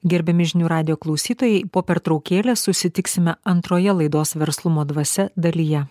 gerbiami žinių radijo klausytojai po pertraukėlės susitiksime antroje laidos verslumo dvasia dalyje